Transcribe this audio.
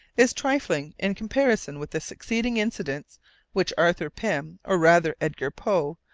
is trifling in comparison with the succeeding incidents which arthur pym, or rather edgar poe,